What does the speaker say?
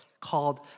called